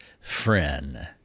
friend